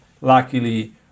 luckily